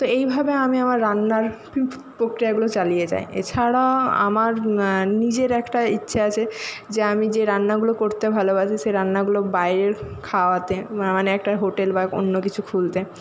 তো এইভাবে আমি আমার রান্নার প্রক্রিয়াগুলো চালিয়ে যাই এছাড়া আমার নিজের একটা ইচ্ছে আছে যে আমি যে রান্নাগুলো করতে ভালোবাসি সেই রান্নাগুলো বাইরের খাওয়াতে মানে একটা হোটেল বা অন্য কিছু খুলতে